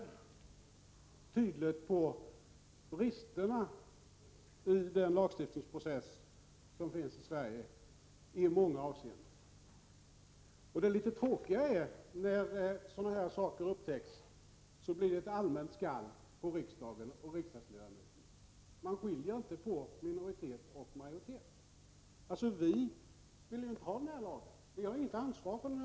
Fru talman! Det här visar tydligt de brister som i många avseenden finns i den svenska lagstiftningsprocessen. Det litet tråkiga är att det när sådana här saker upptäcks blir ett allmänt skall på riksdagen och på riksdagsledamöterna. Man skiljer inte på minoritet och majoritet. Vi ville ju inte ha denna lag och har inget ansvar för den.